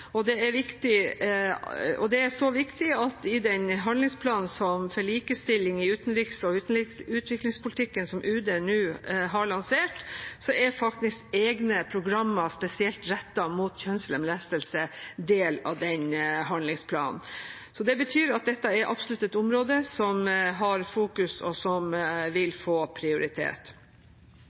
Dette er så viktig at i den handlingsplanen for likestilling i utenriks- og utviklingspolitikken som UD nå har lansert, er det egne programmer spesielt rettet mot kjønnslemlestelse. Det betyr at dette absolutt er et område som er i fokus, og som vil få prioritet.